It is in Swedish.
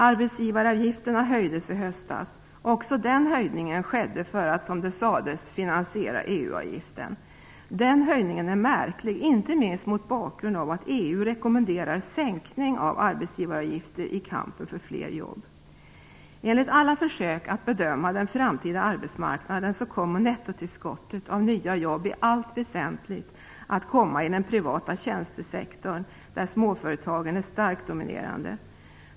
Arbetsgivaravgifterna höjdes i höstas, och också den höjningen skedde för att, som det sades, finansiera EU-avgiften. Denna höjning är märklig, inte minst mot bakgrund av att EU rekommenderar sänkning av arbetsgivaravgifterna i kampen för fler jobb. Enligt alla försök att bedöma den framtida arbetsmarknaden kommer nettotillskottet av nya jobb i allt väsentligt att komma inom den privata tjänstesektorn, där småföretagen är starkt dominerande.